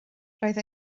roedd